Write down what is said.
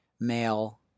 male